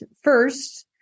first